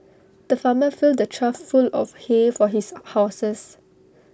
the farmer filled A trough full of hay for his horses